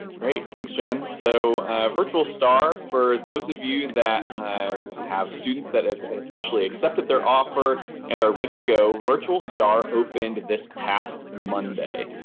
great. thanks, jen. so virtual star for those of you that um have students that officially accepted their offer and are ready to go, virtual star opened this past monday.